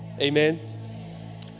Amen